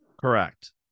Correct